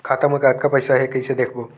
खाता मा कतका पईसा हे कइसे देखबो?